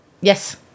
Yes